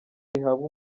rihabwa